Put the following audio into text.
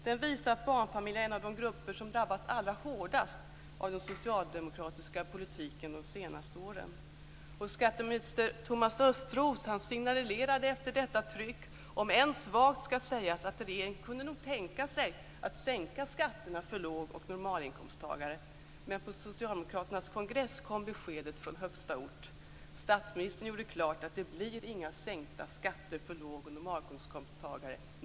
Den visar att barnfamiljerna är en av de grupper som drabbats allra hårdast av den socialdemokratiska politiken de senaste åren. Skatteminister Thomas Östros signalerade efter detta, om än svagt, att regeringen nog kunde tänka sig att sänka skatterna för låg och normalinkomsttagare. Men på socialdemokraternas kongress kom besked från högsta ort. Statsministern gjorde klart att det inte blir några sänkta skatter för låg och normalinkomsttagare.